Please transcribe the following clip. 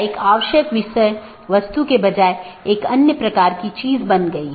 इन protocol के उदाहरण OSPF हैं और RIP जिनमे मुख्य रूप से इस्तेमाल किया जाने वाला प्रोटोकॉल OSPF है